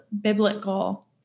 biblical